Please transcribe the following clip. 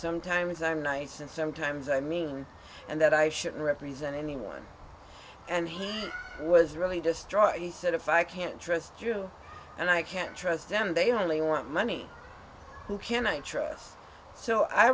sometimes i'm nice and sometimes i mean and that i should represent anyone and he was really destroyed he said if i can't trust you and i can't trust them they only want money who can i trust so i